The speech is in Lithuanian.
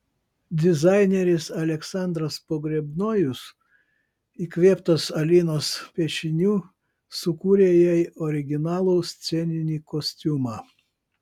dizaineris aleksandras pogrebnojus įkvėptas alinos piešinių sukūrė jai originalų sceninį kostiumą